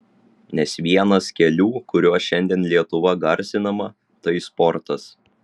nes vienas kelių kuriuo šiandien lietuva garsinama tai sportas